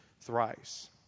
thrice